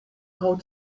how